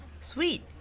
Sweet